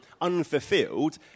unfulfilled